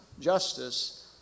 justice